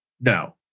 no